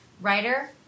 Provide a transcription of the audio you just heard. writer